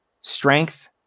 strength